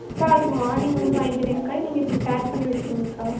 அக்கா நாளைக்கு மார்னிங் வந்து வாங்கிக்கிறேங்கக்கா நீங்கள் இப்போ பேக் பண்ணி வச்சுடுங்கக்கா